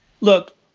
Look